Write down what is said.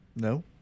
No